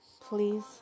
please